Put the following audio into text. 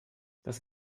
das